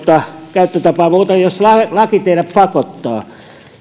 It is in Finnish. käyttötapaa muuten kuin jos lakitiede pakottaa